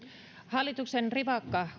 hallituksen rivakka